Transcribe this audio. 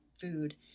food